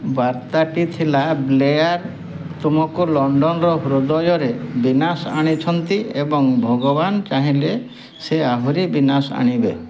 ବାର୍ତ୍ତାଟି ଥିଲା ବ୍ଲେୟାର ତୁମକୁ ଲଣ୍ଡନର ହୃଦୟରେ ବିନାଶ ଆଣିଛନ୍ତି ଏବଂ ଭଗବାନ ଚାହିଁଲେ ସେ ଆହୁରି ବିନାଶ ଆଣିବେ